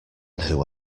who